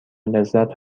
لذت